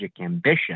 ambition